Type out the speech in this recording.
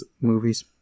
movies